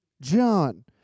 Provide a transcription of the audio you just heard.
John